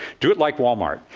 do it like wal-mart,